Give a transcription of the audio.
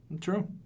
True